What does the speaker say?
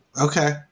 Okay